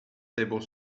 table